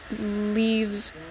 leaves